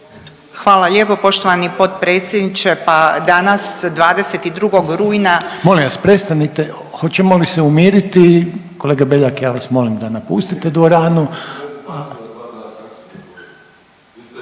Hvala lijepo poštovani potpredsjedniče Sabora.